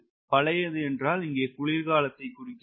பழையது என்றால் இங்கே குளிக்காலத்தை குறிக்கிறது